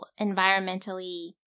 environmentally